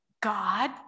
God